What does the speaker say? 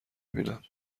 بیینم